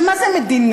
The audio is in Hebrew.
מה זה "מדינה"?